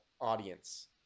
audience